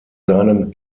seinem